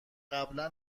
قبلا